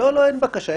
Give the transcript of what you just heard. לא לא, אין בקשה.